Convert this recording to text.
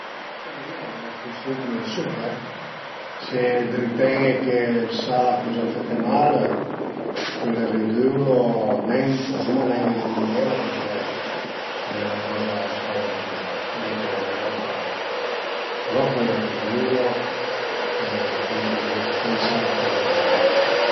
Për mi al e üna cuestiun come ël suchèr, se ritene che ël sal a pösa fete mal pöle ridürlo nen dizuma nen eliminelu përché al e 'na coze spaventuza, mi l'ai pruvà 'na volta ma, però pöle ridürlo e pensu che tant sal a faza anche mal